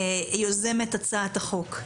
יוזמת הצעת החוק.